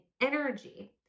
energy